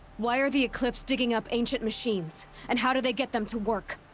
why are the eclipse digging up ancient machines. and how do they get them to work?